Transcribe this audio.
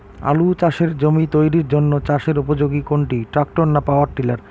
আলু চাষের জমি তৈরির জন্য চাষের উপযোগী কোনটি ট্রাক্টর না পাওয়ার টিলার?